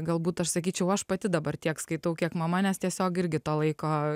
galbūt aš sakyčiau aš pati dabar tiek skaitau kiek mama nes tiesiog irgi to laiko